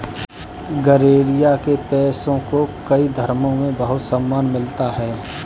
गरेड़िया के पेशे को कई धर्मों में बहुत सम्मान मिला है